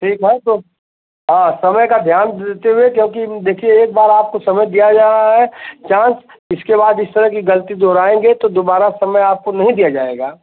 ठीक है तो हाँ समय का ध्यान देते हुए क्योंकि देखिए एकबार आपको समझ दिया जा रहा है चांस इसके बाद इस तरह की गलती दोहराएंगे तो दोबारा समय आपको नहीं दिया जाएगा